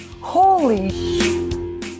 Holy